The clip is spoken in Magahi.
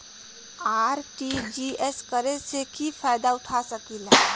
आर.टी.जी.एस करे से की फायदा उठा सकीला?